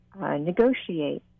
negotiate